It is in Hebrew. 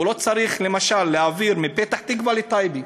הוא לא צריך, למשל, להעביר מפתח-תקווה לטייבה.